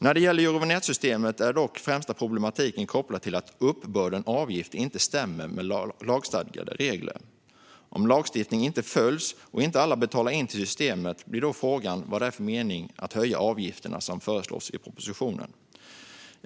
När det gäller Eurovinjettsystemet är dock det främsta problemet kopplat till att uppbörden av avgiften inte stämmer med lagstadgade regler. Om lagstiftningen inte följs och inte alla betalar in till systemet blir frågan vad det är för mening med att höja avgifterna, som föreslås i propositionen.